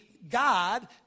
God